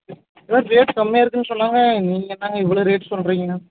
எல்லா ரேட்டு கம்மியாயிருக்குன்னு சொன்னாங்க நீங்கள் என்னங்க இவ்வளோ ரேட்டு சொல்கிறிங்க